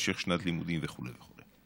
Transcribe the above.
משך שנת הלימודים" וכו' וכו'.